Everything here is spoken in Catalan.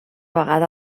vegada